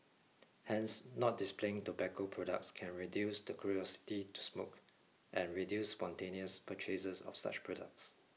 Hence not displaying tobacco products can reduce the curiosity to smoke and reduce spontaneous purchases of such products